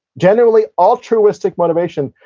generally altruistic motivation,